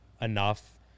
enough